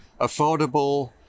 affordable